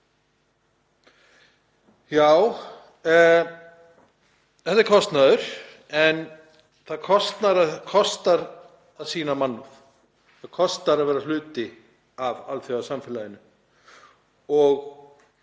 Já, þetta er kostnaður en það kostar að sýna mannúð. Það kostar að vera hluti af alþjóðasamfélaginu